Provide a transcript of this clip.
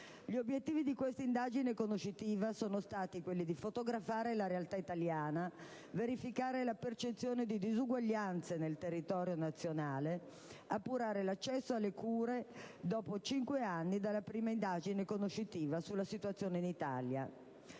Gli obiettivi di questa indagine conoscitiva sono stati i seguenti: fotografare la realtà italiana; verificare la percezione di disuguaglianze nel territorio nazionale; appurare l'accesso alle cure, dopo cinque anni dalla prima indagine conoscitiva sulla situazione in Italia.